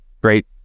great